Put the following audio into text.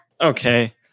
Okay